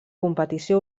competició